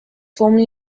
formerly